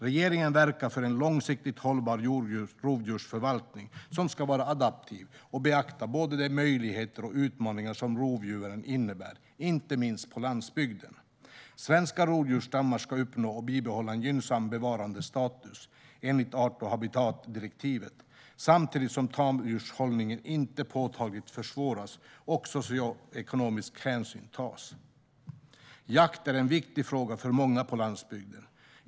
Regeringen verkar för en långsiktigt hållbar rovdjursförvaltning. Den ska vara adaptiv och beakta både de möjligheter och utmaningar som rovdjuren innebär, inte minst på landsbygden. Svenska rovdjursstammar ska uppnå och bibehålla en gynnsam bevarandestatus, enligt art och habitatdirektivet, samtidigt som tamdjurshållning inte påtagligt försvåras och socioekonomisk hänsyn tas. Jakt är en viktig fråga för många på landsbygden.